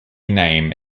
name